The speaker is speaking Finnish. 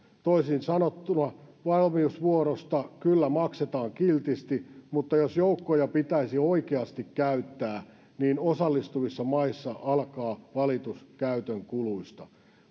toisin sanottuna valmiusvuorosta kyllä maksetaan kiltisti mutta jos joukkoja pitäisi oikeasti käyttää niin osallistuvissa maissa alkaa valitus käytön kuluista